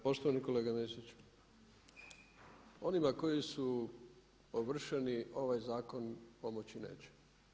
Poštovani kolega Mesić, onima koji su ovršeni ovaj zakon pomoći neće.